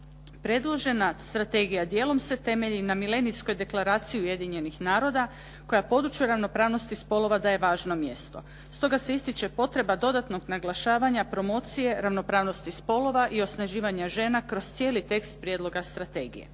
Predložena strategija dijelom se temelji na Milenijskoj deklaraciji Ujedinjenih naroda koja području ravnopravnosti spolova daje važno mjesto. Stoga se ističe potreba dodatnog naglašavanja promocije ravnopravnosti spolova i osnaživanja žena kroz cijeli tekst prijedloga strategije.